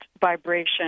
vibration